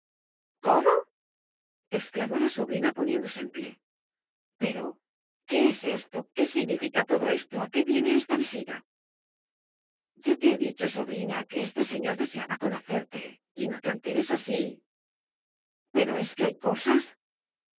cómo exclamó la sobrina poniéndose en pie pero qué es esto qué significa todo esto a qué viene esta visita ya te he dicho sobrina que este señor deseaba conocerte y no te alteres así pero es que hay cosas